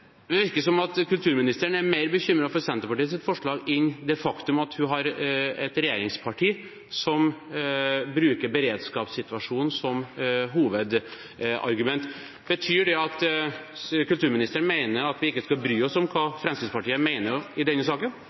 virker som om kulturministeren er mer bekymret for Senterpartiets forslag enn det faktum at hun har med seg et regjeringsparti som bruker beredskapssituasjonen som hovedargument. Betyr det at kulturministeren mener at vi ikke skal bry oss om hva Fremskrittspartiet mener i denne saken?